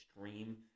extreme